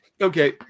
okay